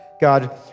God